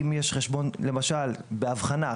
בהבחנה,